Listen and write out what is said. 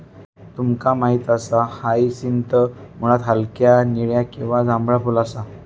तुमका माहित असा हायसिंथ मुळात हलक्या निळा किंवा जांभळा फुल असा